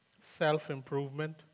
self-improvement